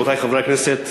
רבותי חברי הכנסת,